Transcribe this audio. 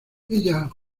ella